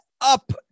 up